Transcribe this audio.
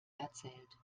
erzählt